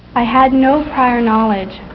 i had no prior knowledge